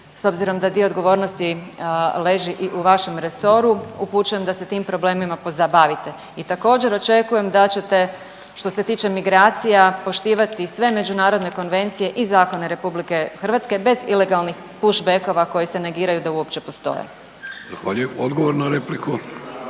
s obzirom da dio odgovornosti leži i u vašem resoru, upućujem da se tim problemima pozabavite. I također, očekujem da ćete što se tiče migracija poštivati sve međunarodne konvencije i zakone RH bez ilegalnih push-backova koji se negiraju da uopće postoje. **Vidović, Davorko